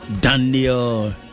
Daniel